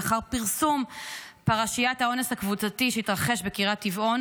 לאחר פרסום פרשיית האונס הקבוצתי שהתרחש בקריית טבעון